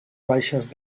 baixes